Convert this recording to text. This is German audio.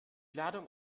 ladung